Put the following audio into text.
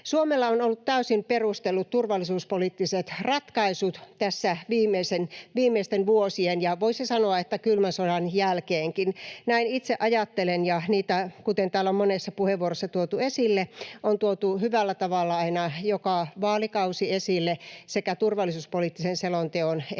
Suomella on ollut täysin perustellut turvallisuuspoliittiset ratkaisut tässä viimeisten vuosien aikana ja voisi sanoa, että kylmän sodan jälkeenkin. Näin itse ajattelen, ja kuten täällä on monessa puheenvuorossa tuotu esille, niitä on tuotu hyvällä tavalla aina joka vaalikausi esille sekä turvallisuuspoliittisen selonteon että